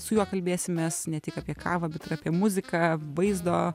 su juo kalbėsimės ne tik apie kavą bet ir apie muziką vaizdo